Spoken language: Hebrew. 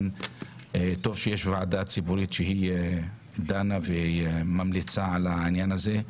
טוב שיש ועדה ציבורית שדנה וממליצה על העניין הזה.